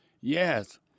yes